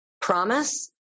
promise